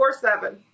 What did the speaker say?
24-7